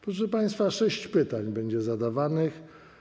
Proszę państwa, sześć pytań będzie zadawanych.